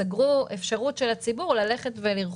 סגרו אפשרות של הציבור ללכת ולרכוש.